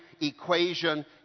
equation